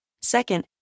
Second